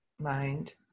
mind